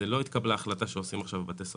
לא התקבלה החלטה שעושים עכשיו בבתי סוהר